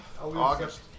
August